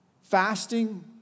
fasting